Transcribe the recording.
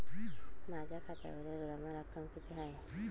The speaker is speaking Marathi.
माझ्या खात्यावरील जमा रक्कम किती आहे?